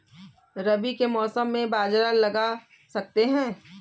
रवि के मौसम में बाजरा लगा सकते हैं?